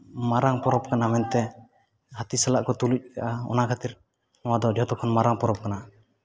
ᱢᱟᱨᱟᱝ ᱯᱚᱨᱚᱵᱽ ᱠᱟᱱᱟ ᱢᱮᱱᱛᱮ ᱦᱟᱹᱛᱤ ᱥᱟᱞᱟᱜ ᱠᱚ ᱛᱩᱞᱩᱡ ᱟᱠᱟᱜᱼᱟ ᱚᱱᱟ ᱠᱷᱟᱹᱛᱤᱨ ᱱᱚᱣᱟ ᱫᱚ ᱡᱷᱚᱛᱚ ᱠᱷᱚᱱ ᱢᱟᱨᱟᱝ ᱯᱚᱨᱚᱵᱽ ᱠᱟᱱᱟ